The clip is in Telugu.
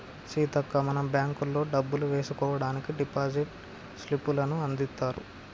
సీతక్క మనం బ్యాంకుల్లో డబ్బులు వేసుకోవడానికి డిపాజిట్ స్లిప్పులను అందిత్తారు